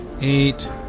Eight